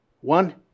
One